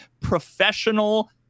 professional